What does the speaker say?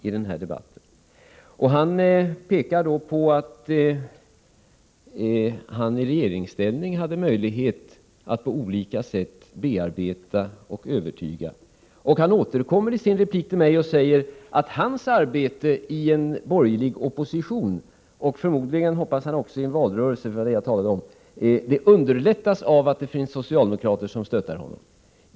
Han pekar på att han, när han satt i regeringen, hade möjlighet att på olika sätt bearbeta och övertyga. Han återkommer i sin replik till mig och säger att hans arbete inom den borgerliga oppositionen och även i en valrörelse — för det var det jag talade om — underlättas av att det finns socialdemokrater som stöttar honom.